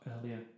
earlier